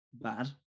Bad